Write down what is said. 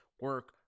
Work